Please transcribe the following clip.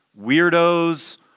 weirdos